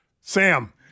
Sam